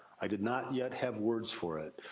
i did not yet have words for it,